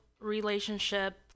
relationship